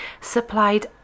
supplied